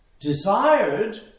desired